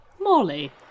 Molly